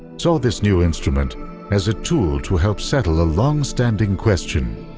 saw this new instrument as a tool to help settle a long standing question.